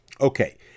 Okay